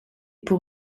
pour